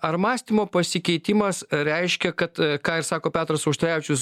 ar mąstymo pasikeitimas reiškia kad ką ir sako petras auštrevičius